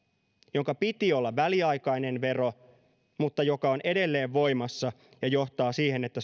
jonka piti olla väliaikainen vero mutta joka on edelleen voimassa ja johtaa siihen että